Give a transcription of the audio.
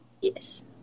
Yes